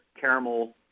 Caramel